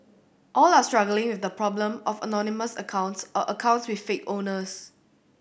all are struggling with the problem of anonymous accounts or accounts with fake owners